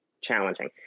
challenging